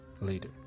later